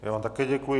Já vám také děkuji.